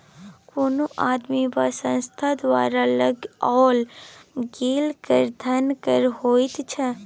कोनो आदमी वा संस्था द्वारा लगाओल गेल कर धन कर होइत छै